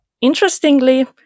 Interestingly